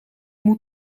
moet